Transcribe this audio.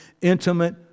intimate